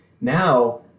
now